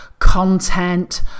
content